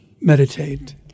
meditate